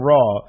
Raw